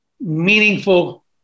meaningful